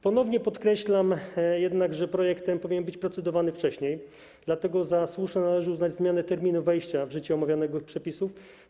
Ponownie podkreślam jednak, że projekt ten powinien być procedowany wcześniej, dlatego za słuszną należy uznać zmianę terminu wejścia w życie omawianego przepisu.